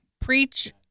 Preach